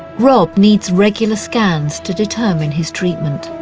rob needs regular scans to determine his treatment.